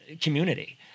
community